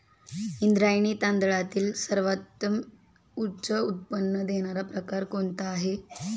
इंद्रायणी तांदळातील सर्वोत्तम उच्च उत्पन्न देणारा प्रकार कोणता आहे?